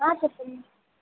చెప్పండి